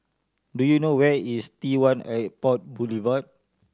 do you know where is T One Airport Boulevard